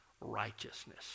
righteousness